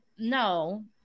No